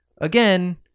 again